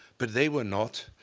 but they were not.